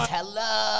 Hello